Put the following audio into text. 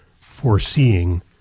foreseeing